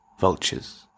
vultures